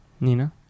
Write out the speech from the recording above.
Nina